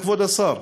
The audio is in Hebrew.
כבוד השר,